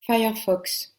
firefox